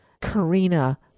Karina